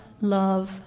love